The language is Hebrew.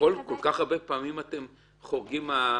כך הרבה פעמים אתם חורגים מההתיישנות?